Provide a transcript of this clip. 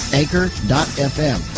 anchor.fm